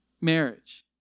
marriage